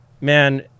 man